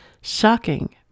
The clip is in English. shocking